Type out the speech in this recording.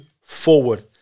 forward